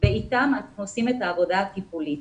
ואתם אנחנו עושים את העבודה הטיפולית.